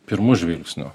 pirmu žvilgsniu